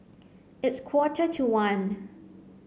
its quarter to one